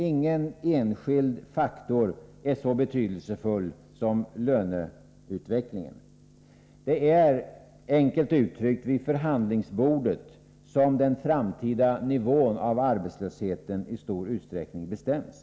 Ingen enskild faktor är så betydelsefull som löneutvecklingen. Det är, enkelt uttryckt, vid förhandlingsbordet som den framtida nivån på arbetslösheten i stor utsträckning bestäms.